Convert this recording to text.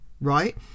right